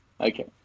Okay